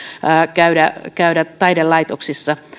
käydä käydä taidelaitoksissa